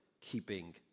keeping